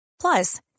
Plus